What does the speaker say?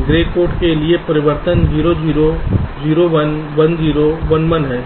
grey code के लिए परिवर्तन 0 0 0 1 1 0 और 1 1 हैं